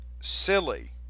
silly